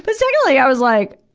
but secondly, i was like,